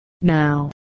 Now